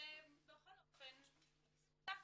בכל אופן זכותה,